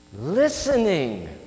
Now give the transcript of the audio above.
Listening